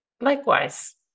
Likewise